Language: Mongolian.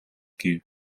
гэв